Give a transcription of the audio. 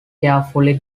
carefully